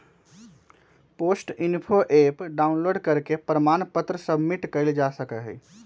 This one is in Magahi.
पोस्ट इन्फो ऍप डाउनलोड करके प्रमाण पत्र सबमिट कइल जा सका हई